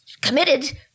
committed